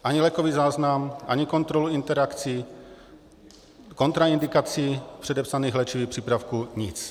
Ani lékový záznam, ani kontrolu interakcí, kontraindikací předepsaných léčivých přípravků, nic.